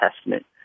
Testament